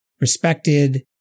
respected